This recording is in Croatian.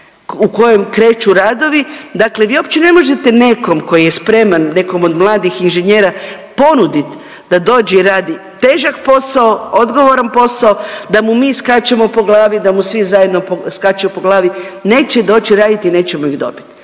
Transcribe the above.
u kojoj kreću radovi. Dakle, vi uopće ne možete nekom tko je spreman nekom od mladih inženjera ponuditi da dođe i radi težak posao, odgovoran posao, da mu mi skačemo po glavi, da mu svi zajedno skačemo po glavi neće doći raditi, nećemo ih dobiti.